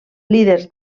líders